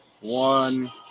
one